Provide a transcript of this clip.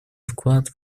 вклад